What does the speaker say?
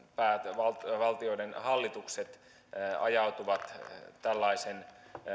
vaikka valtioiden hallitukset ajautuvat tällaisen